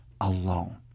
alone